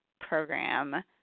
program